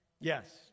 yes